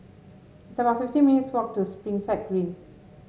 it's about fifteen minutes' walk to Springside Green